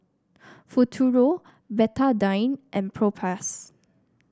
Futuro Betadine and Propass